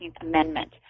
Amendment